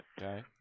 Okay